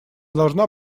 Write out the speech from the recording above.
должна